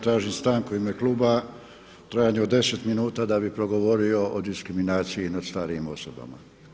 Tražim stanku u ime kluba u trajanju od deset minuta da bi progovorio o diskriminaciji nad starijim osobama.